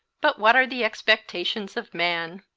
but what are the expectations of man?